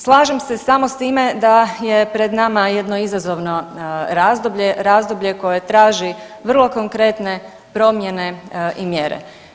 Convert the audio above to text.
Slažem se samo s time da je pred nama jedno izazovno razdoblje, razdoblje koje traži vrlo konkretne promjene i mjere.